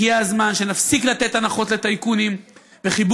הגיע הזמן שנפסיק לתת הנחות לטייקונים וחיבוק